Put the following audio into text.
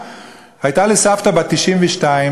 הייתה לי סבתא בת 92,